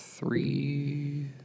Three